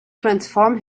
transform